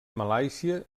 malàisia